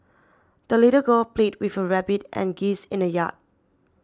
the little girl played with her rabbit and geese in the yard